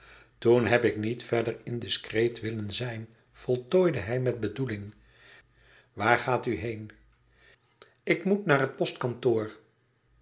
toen heb ik niet verder indiscreet willen zijn voltooide hij met bedoeling waar gaat u heen ik moet naar het